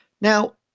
Now